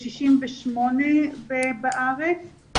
כ-68 בארץ,